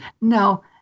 No